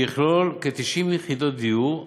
שיכלול כ-90 יחידות דיור.